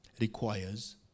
requires